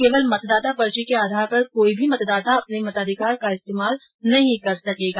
केवल मतदाता पर्ची के आधार पर कोई भी मतदाता अपने मताधिकार का इस्तेमाल नहीं कर सकेगा